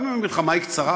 גם אם המלחמה היא קצרה,